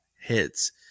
hits